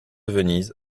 venise